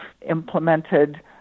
implemented